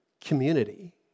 community